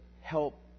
help